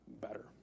better